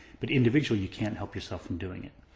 but individually you can't help yourself from doing it,